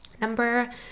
Number